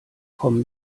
kommen